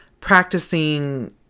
practicing